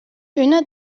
üna